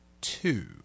two